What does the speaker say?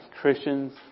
Christians